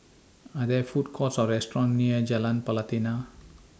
Are There Food Courts Or restaurants near Jalan Pelatina